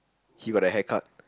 he got the haircut